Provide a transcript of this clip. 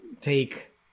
take